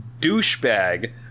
douchebag